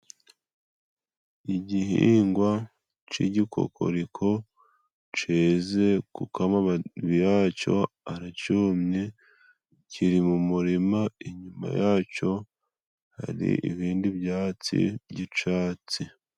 Igihingwa c'igikokoriko ceze kuko amababi yaco aracumye. Kiri mu murima, inyuma yaco hari ibindi byatsi by'icatsi.